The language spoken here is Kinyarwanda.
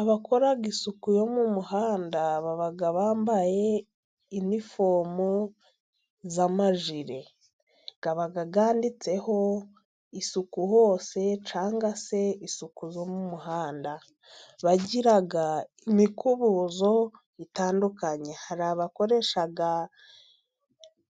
Abakora isuku yo mu muhanda baba bambaye iniforume y'amajire. aba yanditseho isuku hose cyangwa se isuku yo mu muhanda. Bagira imikubuzo itandukanye hari abakoresha